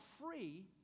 free